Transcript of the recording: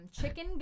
chicken